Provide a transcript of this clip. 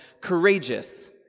courageous